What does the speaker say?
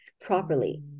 properly